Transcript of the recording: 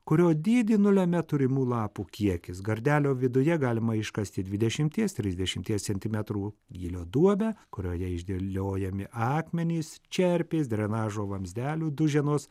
kurio dydį nulemia turimų lapų kiekis gardelio viduje galima iškasti dvidešimties trisdešimties centimetrų gylio duobę kurioje išdėliojami akmenys čerpės drenažo vamzdelių duženos